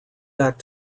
back